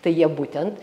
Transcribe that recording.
tai jie būtent